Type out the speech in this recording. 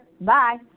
bye